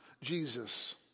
Jesus